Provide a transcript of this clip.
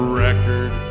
record